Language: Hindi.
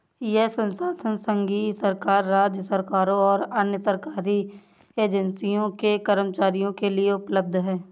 यह संसाधन संघीय सरकार, राज्य सरकारों और अन्य सरकारी एजेंसियों के कर्मचारियों के लिए उपलब्ध है